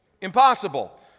impossible